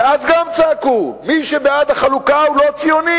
וגם אז צעקו: מי שבעד החלוקה הוא לא ציוני,